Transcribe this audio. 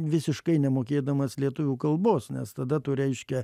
visiškai nemokėdamas lietuvių kalbos nes tada tu reiškia